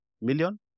million